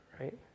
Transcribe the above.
Right